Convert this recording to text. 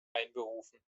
einberufen